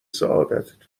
سعادتتون